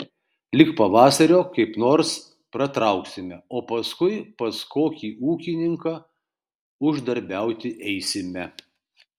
lig pavasario kaip nors pratrauksime o paskui pas kokį ūkininką uždarbiauti eisime